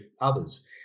others